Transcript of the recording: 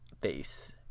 face